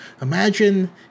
Imagine